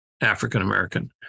African-American